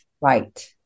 Right